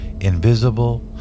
invisible